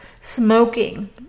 smoking